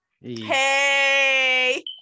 hey